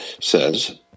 says